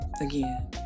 again